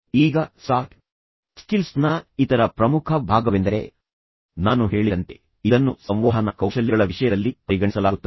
ಈಗ ಸಾಫ್ಟ್ ಸ್ಕಿಲ್ಸ್ನ ಇತರ ಪ್ರಮುಖ ಭಾಗವೆಂದರೆ ನಾನು ಹೇಳಿದಂತೆ ಇದನ್ನು ಸಂವಹನ ಕೌಶಲ್ಯಗಳ ವಿಷಯದಲ್ಲಿ ಪರಿಗಣಿಸಲಾಗುತ್ತದೆ